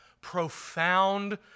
profound